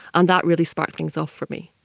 and that really sparked things off for me.